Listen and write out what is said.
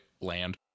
land